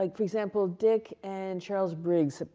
like for example, dick and charles briggs,